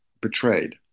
betrayed